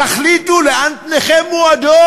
תחליטו לאן פניכם מועדות.